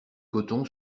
coton